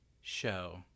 show